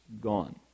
gone